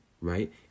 right